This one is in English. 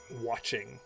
watching